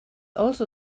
also